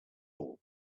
all